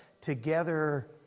together